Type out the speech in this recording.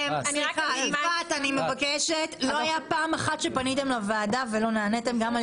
הייתה פעם אחת שפניתם לוועדה ולא נעניתם גם על